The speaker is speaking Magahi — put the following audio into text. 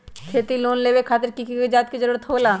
खेती लोन लेबे खातिर की की कागजात के जरूरत होला?